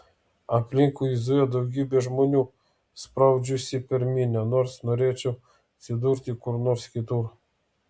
aplinkui zuja daugybė žmonių spraudžiuosi per minią nors norėčiau atsidurti kur nors kitur